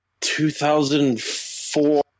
2004